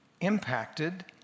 impacted